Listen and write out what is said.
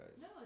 No